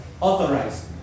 Authorized